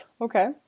Okay